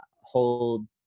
hold